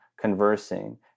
conversing